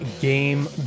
Game